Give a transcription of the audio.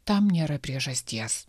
tam nėra priežasties